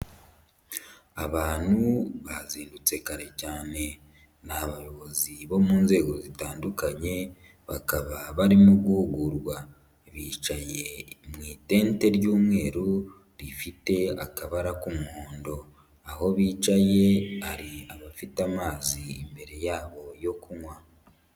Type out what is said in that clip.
Abantu bazindutse kare cyane ni abayobozi bo mu nzego zitandukanye, bakaba barimo guhugurwa bicaye mu itente ry'umweru rifite akabara k'umuhondo, aho bicaye hari abafite amazi imbere yabo yo kunywa.